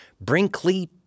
Brinkley